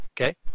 Okay